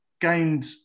gained